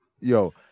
Yo